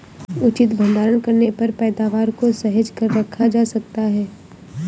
उचित भंडारण करने पर पैदावार को सहेज कर रखा जा सकता है